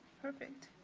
perfect.